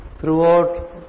Throughout